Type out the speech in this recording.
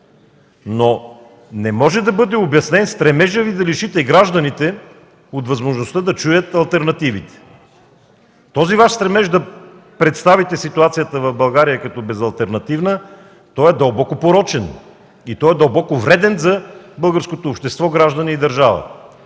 но не може да бъде обяснен стремежът Ви да лишите гражданите от възможността да чуят алтернативите. Този Ваш стремеж да представите ситуацията в България като безалтернативна е дълбоко порочен и дълбоко вреден за българското общество, граждани и държавата.